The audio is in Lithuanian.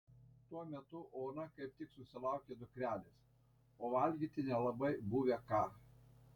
tuo metu ona kaip tik susilaukė dukrelės o valgyti nelabai buvę ką